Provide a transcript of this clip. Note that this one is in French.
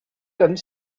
comme